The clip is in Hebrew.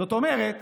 זאת אומרת